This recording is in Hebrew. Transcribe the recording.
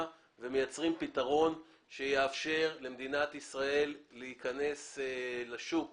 ומייצרים פתרון שיאפשר למדינת ישראל להיכנס לשוק